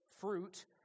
fruit